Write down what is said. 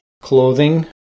clothing